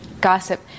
gossip